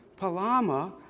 Palama